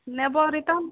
ନେବ ରିଟର୍ଣ୍ଣ